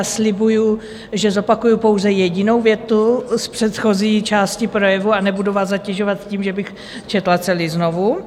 Slibuji, že zopakuji pouze jedinou větu z předchozí části projevu a nebudu vás zatěžovat tím, že bych ho četla celý znovu.